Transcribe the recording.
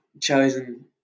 chosen